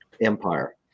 empire